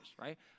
right